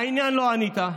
לעניין לא ענית.